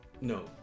No